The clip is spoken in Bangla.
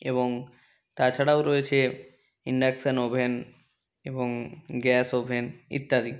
এবং তা ছাড়াও রয়েছে ইন্ডাকশান ওভেন এবং গ্যাস ওভেন ইত্যাদি